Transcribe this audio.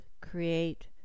create